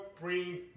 bring